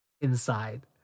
inside